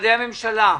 משרדי הממשלה,